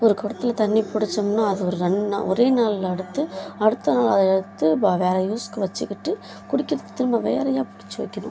ஒரு கொடத்தில் தண்ணி பிடிச்சம்ன்னா அது ஒரு ரெண்டு நாள் ஒரே நாளில் எடுத்து அடுத்த நாள் அதை எடுத்து வேற யூஸுக்கு வச்சுக்கிட்டு குடிக்கிறதுக்கு திரும்ப வேறேயா பிடிச்சி வைக்கணும்